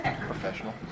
Professional